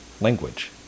language